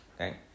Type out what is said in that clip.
Okay